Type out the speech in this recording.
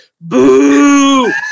boo